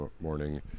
morning